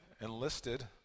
enlisted